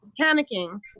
panicking